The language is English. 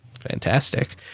fantastic